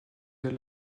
des